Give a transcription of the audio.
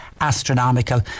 astronomical